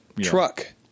Truck